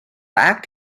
act